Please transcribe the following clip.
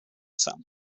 some